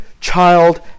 child